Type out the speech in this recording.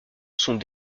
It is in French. sont